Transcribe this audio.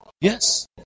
Yes